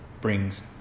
brings